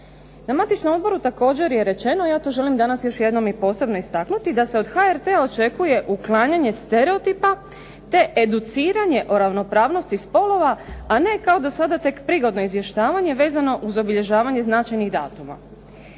Na matičnom odboru također je rečeno, ja to želim danas još jednom i posebno istaknuti da se od HRT-a očekuje uklanjanje stereotipa, te educiranje o ravnopravnosti spolova, a ne kao do sada tek prigodno izvještavanje vezano uz obilježavanje značajnih datuma.